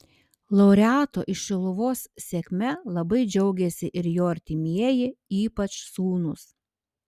laureato iš šiluvos sėkme labai džiaugėsi ir jo artimieji ypač sūnūs